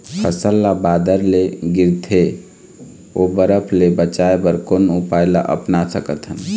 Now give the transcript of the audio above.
फसल ला बादर ले गिरथे ओ बरफ ले बचाए बर कोन उपाय ला अपना सकथन?